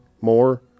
more